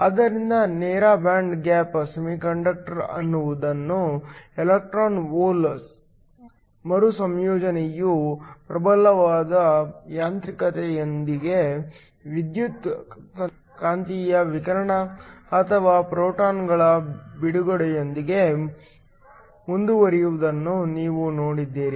ಆದ್ದರಿಂದ ನೇರ band gap semiconductor ಎನ್ನುವುದು ಎಲೆಕ್ಟ್ರಾನ್ ಹೋಲ್ ಮರುಸಂಯೋಜನೆಯು ಪ್ರಬಲವಾದ ಯಾಂತ್ರಿಕತೆಯೊಂದಿಗೆ ವಿದ್ಯುತ್ಕಾಂತೀಯ ವಿಕಿರಣ ಅಥವಾ ಫೋಟಾನ್ಗಳ ಬಿಡುಗಡೆಯೊಂದಿಗೆ ಮುಂದುವರಿಯುವುದನ್ನು ನೀವು ನೋಡಿದ್ದೀರಿ